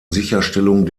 sicherstellung